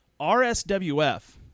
RSWF